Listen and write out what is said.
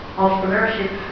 entrepreneurship